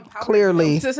Clearly